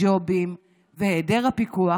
הג'ובים והיעדר הפיקוח,